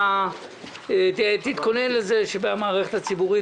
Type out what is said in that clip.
תתכונן לזה שבמערכת הציבורית,